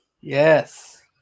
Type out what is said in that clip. Yes